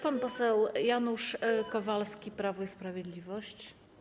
Pan poseł Janusz Kowalski, Prawo i Sprawiedliwość.